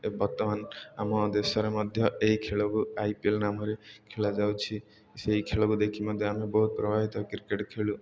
ବର୍ତ୍ତମାନ ଆମ ଦେଶରେ ମଧ୍ୟ ଏହି ଖେଳକୁ ଆଇ ପି ଏଲ୍ ନାମରେ ଖେଳାଯାଉଛି ସେହି ଖେଳକୁ ଦେଖି ମଧ୍ୟ ଆମେ ବହୁତ ପ୍ରଭାବିତ କ୍ରିକେଟ୍ ଖେଳୁ